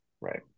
right